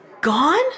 Gone